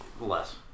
Less